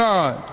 God